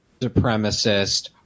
supremacist